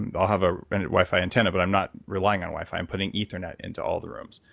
and i'll have a wi-fi antenna, but i'm not relying on wi-fi. i'm putting ethernet into all of the rooms.